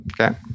Okay